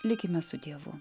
likime su dievu